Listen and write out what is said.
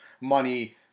money